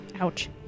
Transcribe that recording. Ouch